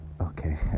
okay